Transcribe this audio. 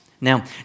Now